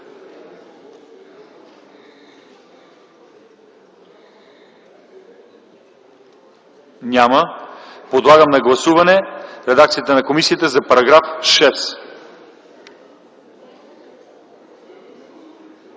Няма. Подлагам на гласуване редакцията на комисията за § 6.